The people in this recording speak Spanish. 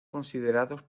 considerados